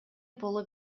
боло